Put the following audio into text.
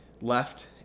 left